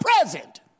present